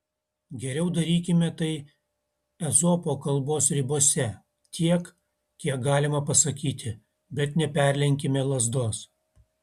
geriau darykime tai ezopo kalbos ribose tiek kiek galima pasakyti bet neperlenkime lazdos